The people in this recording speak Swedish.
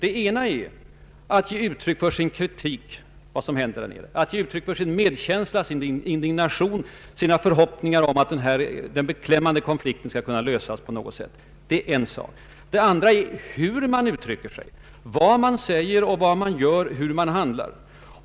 En sak är att ge uttryck för sin kritik över vad som hänt, att ge uttryck för sin medkänsla, sin indignation och sina förhoppningar om att den beklämmande konflikten skall kunna lösas på något sätt. En annan sak är hur man uttrycker sig, vad man säger, hur man gör och hur man handlar.